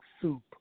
soup